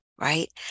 right